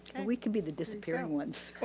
and we could be the disappearing ones.